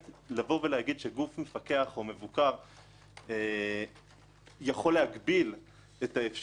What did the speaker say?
לומר שגוף מפקח או מבוקר יכול להגביל את האפשרות